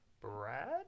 Brad